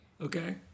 Okay